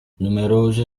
numerose